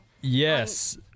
yes